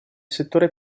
settore